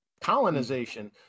Colonization